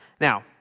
Now